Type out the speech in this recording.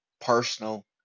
personal